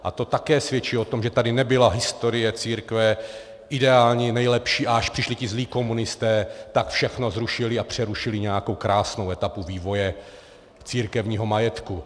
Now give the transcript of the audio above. A to také svědčí o tom, že tady nebyla historie církve ideální, nejlepší, a až přišli ti zlí komunisté, tak všechno zrušili a přerušili nějakou krásnou etapu vývoje církevního majetku.